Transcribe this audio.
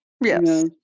Yes